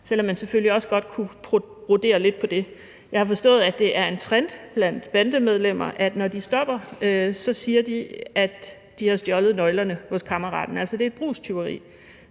selv om man selvfølgelig også godt kunne brodere lidt på det. Jeg har forstået, at det er en trend blandt bandemedlemmer, at når de bliver stoppet, så siger de, at de har stjålet nøglerne hos kammeraten, altså at det er et brugstyveri.